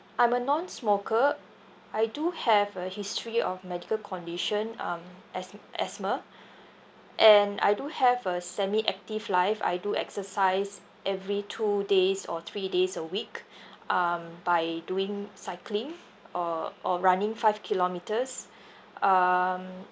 I'm a non-smoker I do have a history of medical condition um asth~ asthma and I do have a semi active life I do exercise every two days or three days a week um by doing cycling or or running five kilometres um